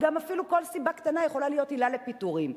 וגם אפילו כל סיבה קטנה יכולה להיות עילה לפיטורים.